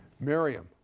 Miriam